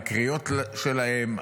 הקריאות להם,